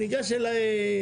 ניגש אליי,